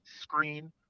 screen